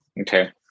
Okay